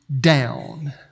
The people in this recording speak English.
down